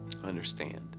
understand